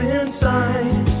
inside